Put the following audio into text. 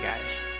guys